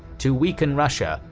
to weaken russia,